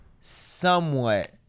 somewhat